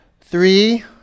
Three